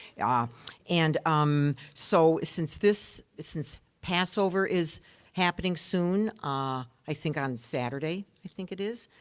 yeah and um so, since this since passover is happening soon ah i think on saturday, i think it is